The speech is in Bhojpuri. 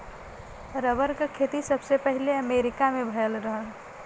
रबर क खेती सबसे पहिले अमरीका में भयल रहल